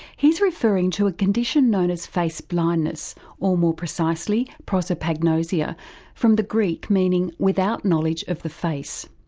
he's referring to a condition known as face blindness or, more precisely, prosopagnosia from the greek meaning without knowledge of the face.